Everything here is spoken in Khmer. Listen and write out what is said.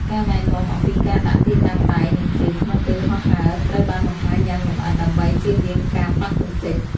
ការណែនាំអំពីការដាក់ទីតាំងដៃ និងជើងក្នុងពេលហោះហើរ ត្រូវបានបង្ហាញយ៉ាងលម្អិតដើម្បីជៀសវាងការប៉ះទង្គិច។